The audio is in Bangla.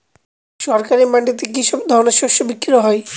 সরকারি মান্ডিতে কি সব ধরনের শস্য বিক্রি হয়?